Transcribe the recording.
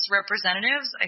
representatives